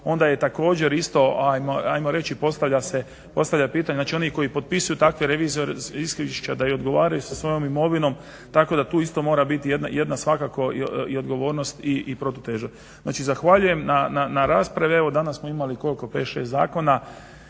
onda je također isto ajmo reći postavlja se pitanje oni koji potpisuju takva revizorska izvješća da odgovaraju sa svojom imovinom tako da tu isto mora biti jedna svakako odgovornost i protuteža. Znači zahvaljujem na raspravi. Evo danas smo imali 5,6 zakona